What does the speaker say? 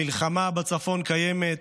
המלחמה בצפון קיימת,